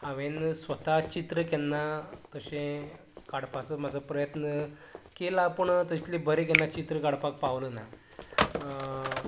हांवेन स्वता चित्र केन्ना तशें काडपाचो म्हजो प्रयत्न केला पण तसलें बरें केन्ना चित्र काडपाक पावलो ना